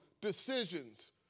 decisions